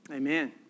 Amen